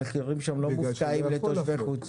המחירים של לא מוצעים לתושבי חוץ.